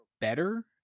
better